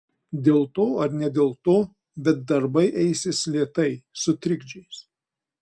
dėl to ar ne dėl to bet darbai eisis lėtai su trikdžiais